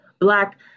Black